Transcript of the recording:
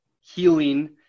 healing